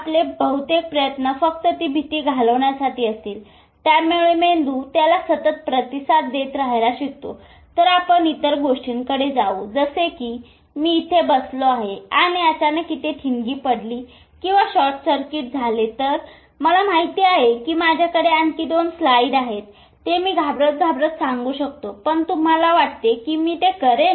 आपले बहुतेक प्रयत्न फक्त ती भीती घालवण्यासाठी असतील त्यामुळे मेंदू त्याला सतत प्रतिसाद देत राहायला शिकतो तर आपण इतर गोष्टींकडे जाउ जसे की मी इथे बसलो आहे आणि अचानक इथे ठिणगी पडली किंवा इथे शॉर्ट सर्किट झाले तर मला माहित आहे की माझ्याकडे आणखी 2 स्लाइड आहेत ते मी घाबरत घाबरत सांगू शकतो पण तुम्हाला वाटते की मी ते करेन